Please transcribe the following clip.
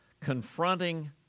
confronting